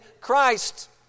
Christ